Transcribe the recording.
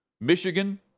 Michigan